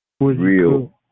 Real